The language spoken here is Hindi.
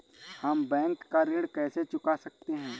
हम बैंक का ऋण कैसे चुका सकते हैं?